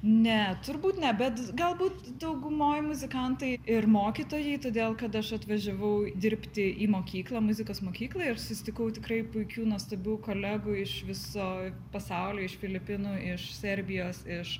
ne turbūt ne bet galbūt daugumoj muzikantai ir mokytojai todėl kad aš atvažiavau dirbti į mokyklą muzikos mokyklą ir susitikau tikrai puikių nuostabių kolegų iš viso pasaulio iš filipinų iš serbijos iš